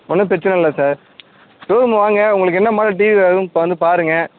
ஒன்றும் பிரச்சின இல்லை சார் ஷோ ரூம் வாங்க உங்களுக்கு என்ன மாதிரி டிவி வேணும் வந்து பாருங்கள்